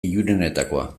ilunenetakoa